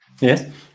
yes